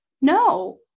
no